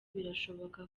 birashoboka